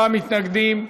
44 מתנגדים,